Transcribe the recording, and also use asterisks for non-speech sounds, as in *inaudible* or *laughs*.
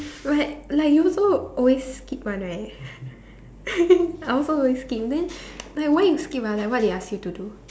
right like you also always skip one right *laughs* I also always skip then like why you skip ah like what they ask you to do